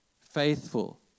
faithful